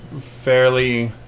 fairly